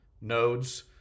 nodes